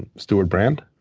stewart brand